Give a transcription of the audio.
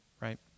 right